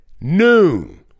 Noon